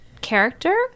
character